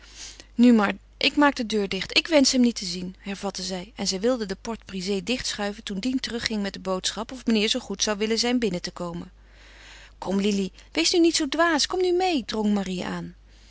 nu maar ik maak de deur dicht ik wensch hem niet te zien hervatte zij en zij wilde de porte-brisée dichtschuiven toen dien terugging met de boodschap of meneer zoo goed zou willen zijn binnen te komen kom lili wees nu niet zoo dwaas kom nu meê drong marie aan